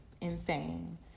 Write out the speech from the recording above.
Insane